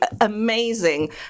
amazing